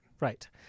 Right